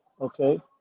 Okay